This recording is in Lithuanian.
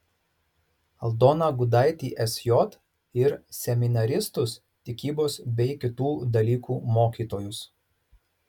aldoną gudaitį sj ir seminaristus tikybos bei kitų dalykų mokytojus